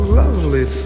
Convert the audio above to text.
lovely